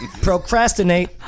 Procrastinate